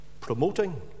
Promoting